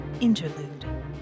Interlude